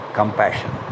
compassion